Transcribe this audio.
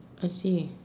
I see